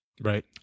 Right